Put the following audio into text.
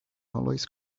always